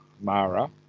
mara